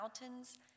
mountains